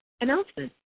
announcement